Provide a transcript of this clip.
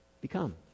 become